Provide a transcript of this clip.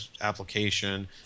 application